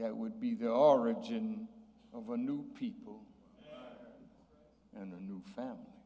that would be the origin of a new people and a new family